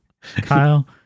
Kyle